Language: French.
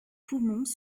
poumons